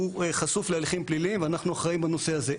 הוא חשוף להליכים פליליים ואנחנו אחראים בנושא הזה.